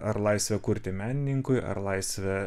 ar laisvė kurti menininkui ar laisvė